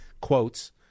quotes